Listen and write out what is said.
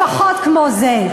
לפחות כמו זה.